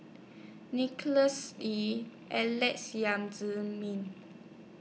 Nicholas Ee Alex Yam Ziming